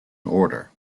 order